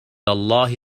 الله